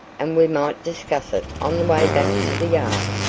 and we might discuss it on the way back to the yard.